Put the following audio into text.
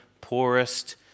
poorest